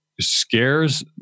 scares